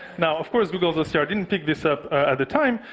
now of course, google so so didn't pick this up at the time,